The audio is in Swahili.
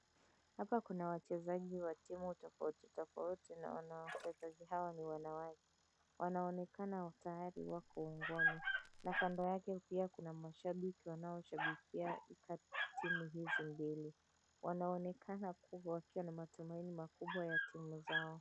Hapa kuna wachezaji wa timu tofautitofauti na wachezaji hawa ni wanawake. Wanaonekana tayari wako uwanjani na kando yake pia kuna mashabiki wanaoshabikia timu hizi mbili. Wanaonekana wakiwa na matumaini makubwa na timu zao.